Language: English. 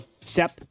Sep